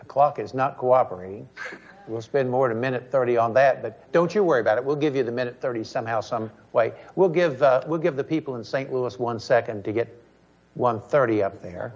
the clock is not cooperating we'll spend more than a minute thirty on that but don't you worry about it we'll give you the minute thirty somehow some way we'll give we'll give the people in st louis one second to get one hundred and thirty up there